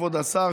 כבוד השר,